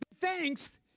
Thanks